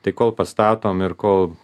tai kol pastatom ir kol